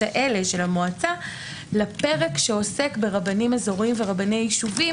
האלה של המועצה לפרק שעוסק ברבנים אזוריים ורבני יישובים,